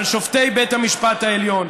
על שופטי בית המשפט העליון.